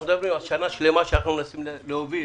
אנחנו מדברים על שנה שלמה שאנחנו מנסים להוביל